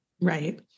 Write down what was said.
Right